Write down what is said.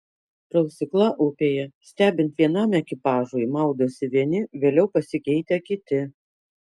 prausykla upėje stebint vienam ekipažui maudosi vieni vėliau pasikeitę kiti